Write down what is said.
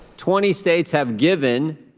twenty states have given